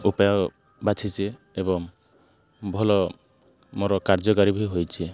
ଉପାୟ ବାଛିଛି ଏବଂ ଭଲ ମୋର କାର୍ଯ୍ୟକାରୀ ବି ହୋଇଛି